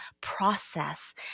process